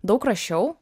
daug rašiau